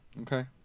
okay